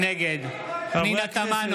נגד פנינה תמנו,